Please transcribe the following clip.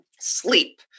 sleep